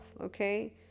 okay